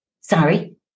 Sorry